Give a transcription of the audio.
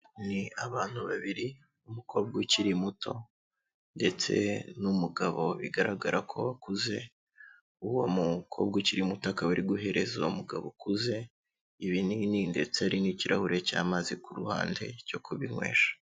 Ni abantu babiri umukobwa ukiri muto, ndetse n'umugabo bigaragara ko akuze, uwo mukobwa ukiri muto akaba wari guhereza uwo mugabo ukuze, ibinini ndetse ari n'kirahure cy'amazi ku ruhande, cyo kubinywesha.